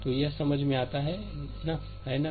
तो यह समझ में आता है है ना